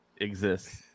exists